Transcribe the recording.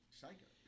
psycho